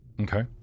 Okay